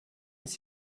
sie